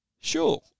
sure